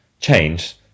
change